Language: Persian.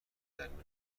درمیون